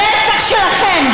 הרצח שלכן,